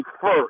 first